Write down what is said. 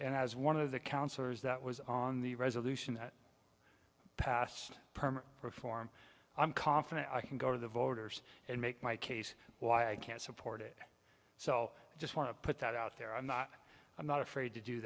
and as one of the counselors that was on the resolution that pass permit reform i'm confident i can go to the voters and make my case why i can't support it so i just want to put that out there i'm not i'm not afraid to do